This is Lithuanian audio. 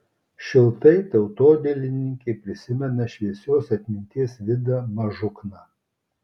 šiltai tautodailininkė prisimena šviesios atminties vidą mažukną